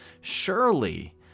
Surely